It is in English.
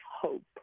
hope